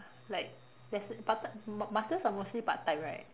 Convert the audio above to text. like yes part t~ masters are mostly part time right